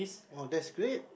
!wow! that's great